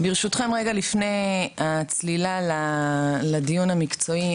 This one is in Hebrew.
ברשותכם לפני צלילה לדיון המקצועי,